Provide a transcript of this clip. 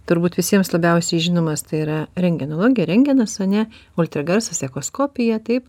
turbūt visiems labiausiai žinomas tai yra rentgenologija rentgenas ane ultragarsas echoskopija taip